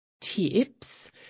tips